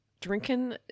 drinking